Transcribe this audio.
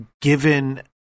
given